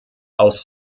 aus